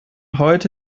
heute